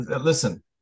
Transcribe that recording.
listen